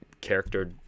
character